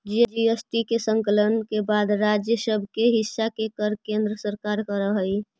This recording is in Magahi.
जी.एस.टी के संकलन के बाद राज्य सब के हिस्सा के कर केन्द्र सरकार कर हई